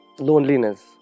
Loneliness